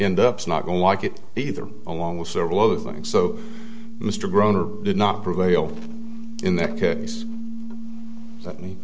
end up not going like it either along with several other things so mr groner did not prevail in that case let me